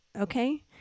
Okay